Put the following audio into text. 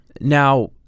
Now